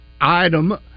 item